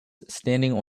standing